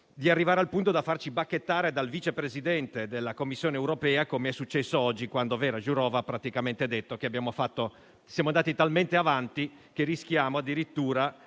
di arrivare al punto di farci bacchettare dal vice Presidente della Commissione europea, come è successo oggi, quando Vera Jourova ha praticamente detto che siamo andati talmente avanti che rischiamo addirittura